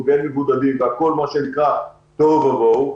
והם מבודדים והכול מה שנקרא תוהו ובוהו,